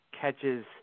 catches